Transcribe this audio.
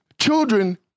children